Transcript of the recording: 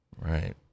Right